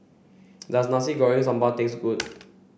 does Nasi Goreng Sambal taste good